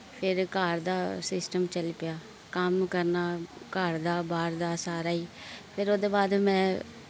फिर घर दा सिस्टम चली पेआ कम्म करना घर दा बाह्र दा सारा ही फिर ओह्दे बाद मैं